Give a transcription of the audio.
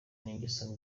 n’ingeso